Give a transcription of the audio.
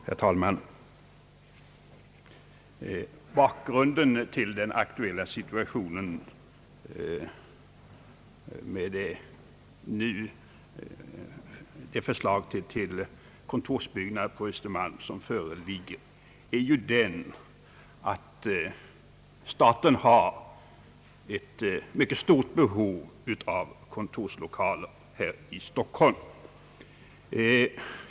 Herr talman! Bakgrunden till den aktuella situationen med det förslag till kontorsbyggnad på Östermalm som nu föreligger är att staten har ett mycket stort behov av kontorslokaler i Stockholm.